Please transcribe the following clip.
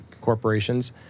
corporations